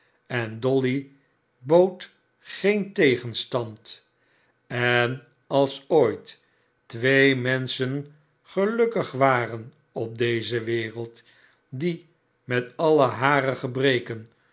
en dolly bood geen tegenstand en als ooit twee menschen gelukkig waren op deze wereld die met al hare gebreken